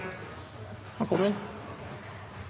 han kommer